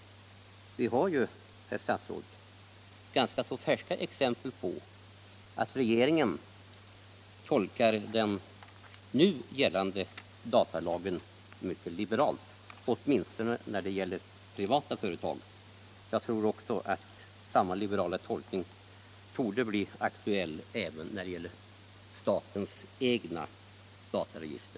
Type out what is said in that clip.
Vi har, herr statsråd, ganska färska exempel på att regeringen tolkar den nu gällande datalagen mycket liberalt, åtminstone när det gäller privata företag. Jag tror att samma liberala tolkning torde bli aktuell även när det gäller statens egna dataregister.